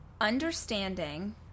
understanding